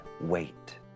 Wait